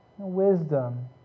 Wisdom